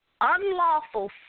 Unlawful